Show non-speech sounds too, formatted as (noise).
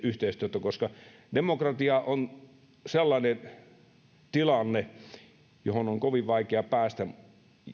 (unintelligible) yhteistyötä koska demokratia on sellainen tilanne johon on kovin vaikea päästä